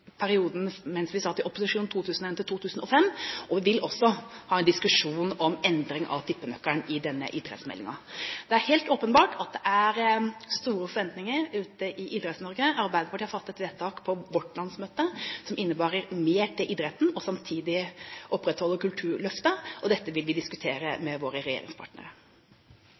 perioden 2001–2005, og vi vil også ha en diskusjon om endring av tippenøkkelen i denne idrettsmeldingen. Det er helt åpenbart at det er store forventninger ute i Idretts-Norge. Arbeiderpartiet har fattet vedtak på vårt landsmøte som innebærer mer til idretten og samtidig opprettholder Kulturløftet. Dette vil vi diskutere med våre regjeringspartnere.